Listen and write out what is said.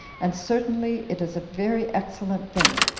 and certainly it is a very excellent thing,